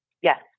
Yes